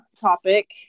topic